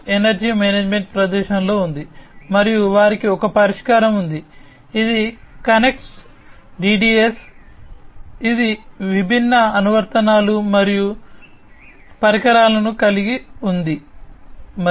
RTI ఇది విభిన్న అనువర్తనాలు మరియు పరికరాలను కలిగి ఉంది మరియు